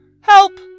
Help